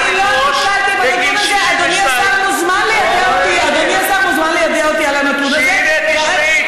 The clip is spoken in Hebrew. אני רוצה להגיד לך שבתעשייה האווירית יש פער של 20% לטובת הנשים.